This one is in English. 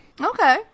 Okay